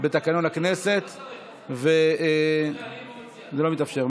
בתקנון הכנסת, וזה לא מתאפשר.